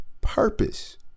purpose